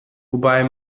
wobei